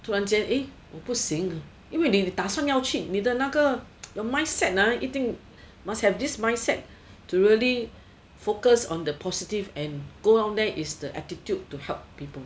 突然间 eh 我不行因为你打算要去你的那个 your mindset 一定 must have this mindest to really focus on the positive and go down there is the attitude to help people